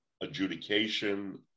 adjudication